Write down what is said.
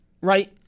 Right